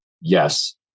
yes